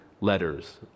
letters